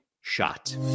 shot